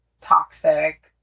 toxic